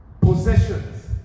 Possessions